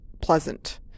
pleasant